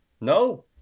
No